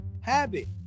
habit